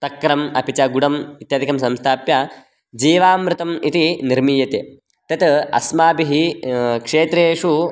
तक्रम् अपि च गुडम् इत्यादिकं संस्थाप्य जीवामृतम् इति निर्मीयते तत् अस्माभिः क्षेत्रेषु